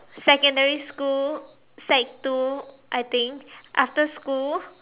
secondary school sec two I think after school